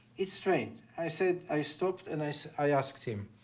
it's strange. i said i stopped and i so i asked him,